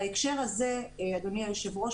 בהקשר הזה אדוני היושב ראש,